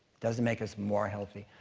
doesn't make us more healthy.